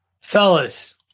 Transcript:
Fellas